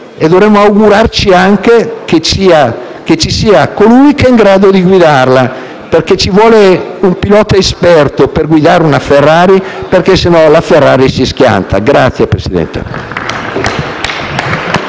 e dovremo augurarci anche che ci sia colui che è in grado di guidarla, perché ci vuole un pilota esperto per guidare una Ferrari, altrimenti la Ferrari si schianta! *(Applausi